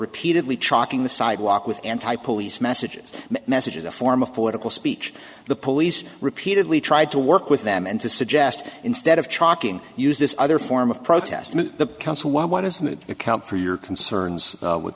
repeatedly chalking the sidewalk with anti police messages messages a form of political speech the police repeatedly tried to work with them and to suggest instead of chalking use this other form of protest the council i want to account for your concerns with